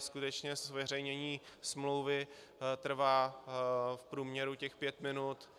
Skutečně zveřejnění smlouvy trvá v průměru pět minut,